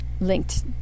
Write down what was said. linked